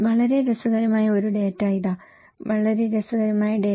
വളരെ രസകരമായ ഒരു ഡാറ്റ ഇതാ വളരെ രസകരമായ ഡാറ്റ